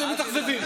אתם מתאכזבים.